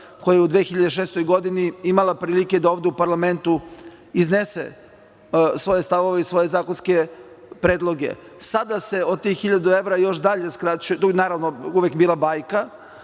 koja je u 2006. godini imala prilike da ovde u parlamentu iznese svoje stavove i svoje zakonske predloge. Sada se od tih 1000 evra još dalje skraćuje, naravno to je uvek bila bajka,